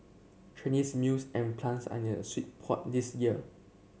Chinese mills and plants are in a sheet pot this year